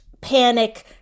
panic